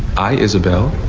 i, isabelle.